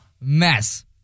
mess